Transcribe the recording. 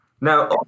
now